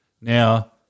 Now